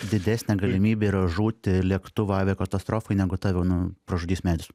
didesnė galimybė yra žūti lėktuvo aviakatastrofoj negu tave nu pražudys medis